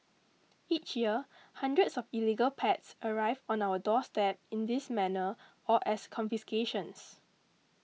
each year hundreds of illegal pets arrive on our doorstep in this manner or as confiscations